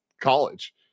college